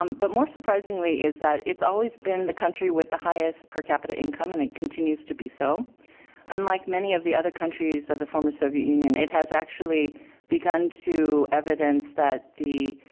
um but more surprisingly is that it's always been the country with the highest per capita income in a continues to be so unlike many of the other countries of the former soviet union it has actually began to evidence that p